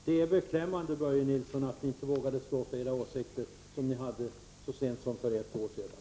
Det är beklämmande, Börje Nilsson, att socialdemokraterna inte vågar stå för de åsikter som de hade så sent som för ett år sedan.